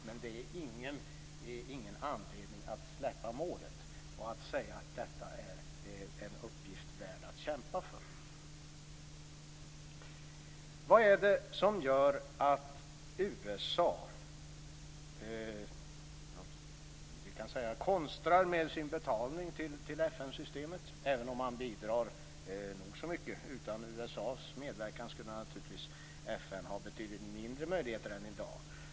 Men det är ingen anledning att släppa målet eller att säga att detta inte är en uppgift värd att kämpa för. Vad är det som gör att USA konstrar med sin betalning till FN-systemet, även om man bidrar nog så mycket? Utan USA:s medverkan skulle FN ha betydligt mindre möjligheter än i dag.